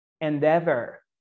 endeavor